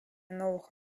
новых